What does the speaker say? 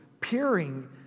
peering